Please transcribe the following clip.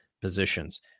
positions